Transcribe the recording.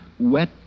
wet